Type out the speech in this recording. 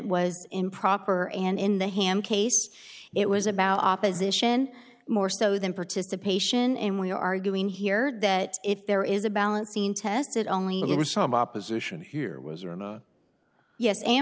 was improper and in the ham case it was about opposition more so than participation and we are arguing here that if there is a balancing test it only